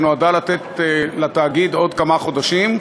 שנועדה לתת לתאגיד עוד כמה חודשים.